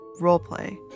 Roleplay